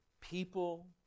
people